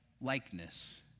likeness